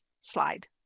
Slide